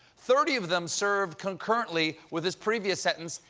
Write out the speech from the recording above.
thirty of them served concurrently with his previous sentence.